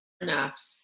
enough